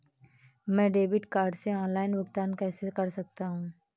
मैं debit card से online भुगतान कैसे कर सकता हूँ?